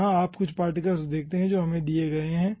यहाँ आप कुछ पार्टिकल देखते हैं जो हमें दिए गए हैं